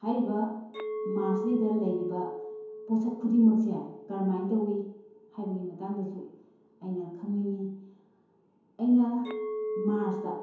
ꯍꯥꯏꯔꯤꯕ ꯃꯥꯔꯁꯁꯤꯗꯩꯗ ꯂꯩꯔꯤꯕ ꯄꯣꯠꯁꯛ ꯈꯨꯗꯤꯡꯃꯛꯁꯦ ꯀꯔꯝꯍꯥꯏꯅ ꯇꯧꯏ ꯍꯥꯏꯕꯒꯤ ꯃꯇꯥꯡꯗꯁꯨ ꯑꯩꯅ ꯈꯪꯅꯤꯡꯏ ꯑꯩꯅ ꯃꯥꯔꯁꯇ